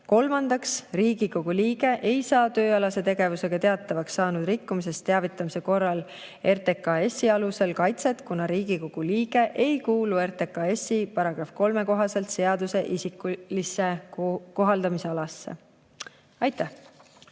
Kolmandaks, Riigikogu liige ei saa tööalase tegevusega teatavaks saanud rikkumisest teavitamise korral RTKS‑i alusel kaitset, kuna Riigikogu liige ei kuulu RTKS‑i § 3 kohaselt seaduse isikulisse kohaldamisalasse. Aitäh!